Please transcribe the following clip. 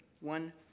One